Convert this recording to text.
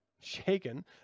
Shaken